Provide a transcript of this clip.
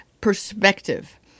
perspective